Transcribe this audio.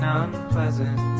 unpleasant